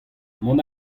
mont